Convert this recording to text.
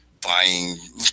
buying